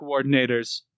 coordinators